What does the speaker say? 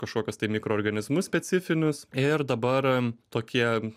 kažkokius tai mikroorganizmus specifinius ir dabar tokie